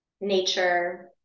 Nature